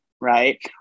right